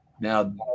Now